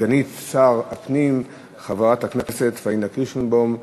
סגנית שר הפנים, חברת הכנסת פניה קירשנבאום.